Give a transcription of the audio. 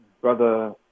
brother